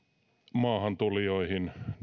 maahantulijoihin